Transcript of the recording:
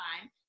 time